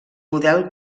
model